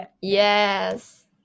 Yes